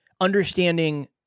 understanding